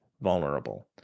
vulnerable